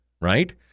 right